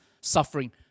suffering